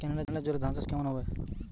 কেনেলের জলে ধানচাষ কেমন হবে?